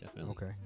okay